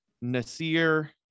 Nasir